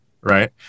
right